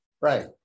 Right